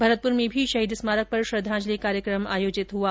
भरतपुर में भी शहीद स्मारक पर श्रद्वाजंलि कार्यक्रम आयोजित किया गया